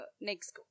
Next